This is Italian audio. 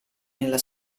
nella